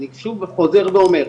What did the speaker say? אני שוב חוזר ואומר,